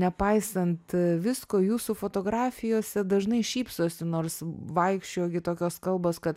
nepaisant visko jūsų fotografijose dažnai šypsosi nors vaikščiojo gi tokios kalbos kad